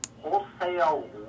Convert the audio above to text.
wholesale